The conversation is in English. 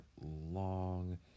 long